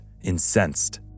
incensed